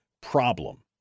problem